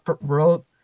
wrote